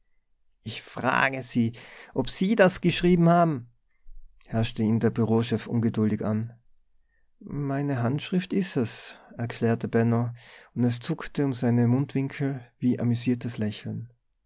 ich frage sie ob sie das geschrieben haben herrschte ihn der bureauchef ungeduldig an meine handschrift is es erklärte benno und es zuckte um seine mundwinkel wie amüsiertes lächeln